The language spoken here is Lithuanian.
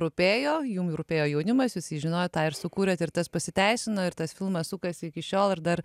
rūpėjo jum rūpėjo jaunimas jūs jį žinojot tą ir sukūrėt ir tas pasiteisino ir tas filmas sukasi iki šiol ir dar